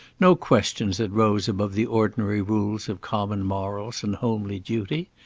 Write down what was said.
no questions that rose above the ordinary rules of common morals and homely duty.